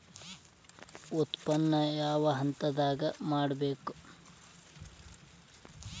ಉತ್ಪನ್ನ ಯಾವ ಹಂತದಾಗ ಮಾಡ್ಬೇಕ್?